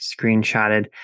screenshotted